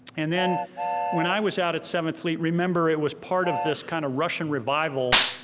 and then when i was out at seventh fleet, remember it was part of this kind of russian revival,